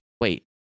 wait